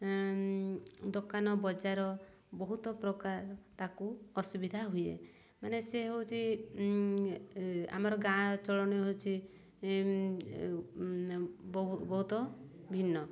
ଦୋକାନ ବଜାର ବହୁତ ପ୍ରକାର ତାକୁ ଅସୁବିଧା ହୁଏ ମାନେ ସେ ହେଉଛି ଆମର ଗାଁ ଚଳଣି ହେଉଛି ବହୁତ ଭିନ୍ନ